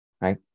right